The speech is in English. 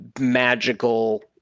magical